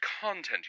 content